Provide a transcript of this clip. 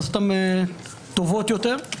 לעשות אותן טובות יותר.